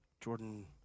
Jordan